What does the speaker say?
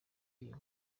iyo